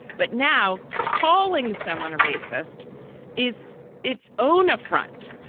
but now calling someone a racist is its own affront.